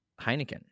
Heineken